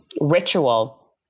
ritual